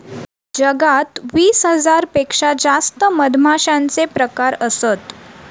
जगात वीस हजार पेक्षा जास्त मधमाश्यांचे प्रकार असत